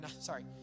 sorry